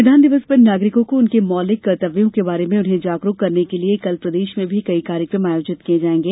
संविधान दिवस पर नागरिकों को उनके मौलिक कर्तव्यों के बारे में उन्हें जागरूक करने के लिए कल प्रदेश में भी कई कार्यक्रम आयोजित किए जाएंगे